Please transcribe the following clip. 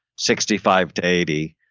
sixty five to eighty,